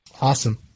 Awesome